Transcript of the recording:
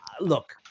look